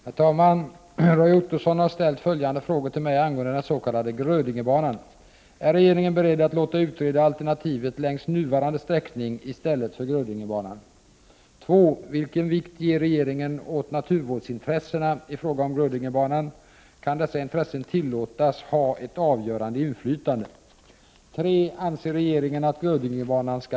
Herr talman! Roy Ottosson har ställt följande frågor till mig angående den s.k. Grödingebanan. 1. Är regeringen beredd att låta utreda alternativet längs nuvarande sträckning i stället för Grödingebanan? 2. Vilken vikt ger regeringen åt naturvårdsintressena i fråga om Grödingebanan, kan dessa intressen tillåtas ha ett avgörande inflytande?